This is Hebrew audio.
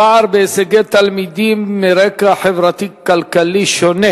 פער בהישגי תלמידים בגלל רקע חברתי-כלכלי שונה,